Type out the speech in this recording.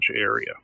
area